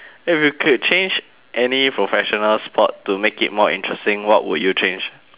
if you could change any professional sport to make it more interesting what would you change